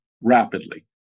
rapidly